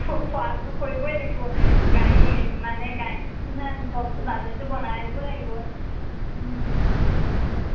খোৱাতোতো কৰিবই লাগিব গাড়ী মানে গাড়ীত কিমান চবতো বাজেটটো বনাই ল'ব লাগিব অ